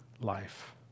life